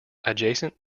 adjacent